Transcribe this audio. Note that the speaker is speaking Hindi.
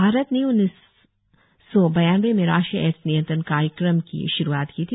भारत ने वर्ष उन्नीस सौ बयानवें में राष्ट्रीय एड़स नियंत्रण कार्यक्रम की शुरुआत की थी